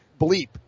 bleep